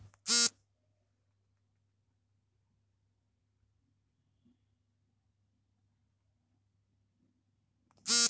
ಖನಿಜಗಳು ಜೀವಸತ್ವಗಳು ಮತ್ತು ರೋಗನಿರೋಧಕ ಶಕ್ತಿಯನ್ನು ಬಲಪಡಿಸುವ ಅಂಶಗಳು ಬೆಳ್ಳುಳ್ಳಿಯಲ್ಲಿ ಹೇರಳವಾಗಿ ಕಂಡುಬರ್ತವೆ